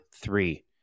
three